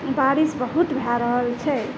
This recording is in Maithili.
बारिश बहुत भऽ रहल छै